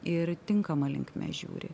ir tinkama linkme žiūri